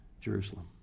jerusalem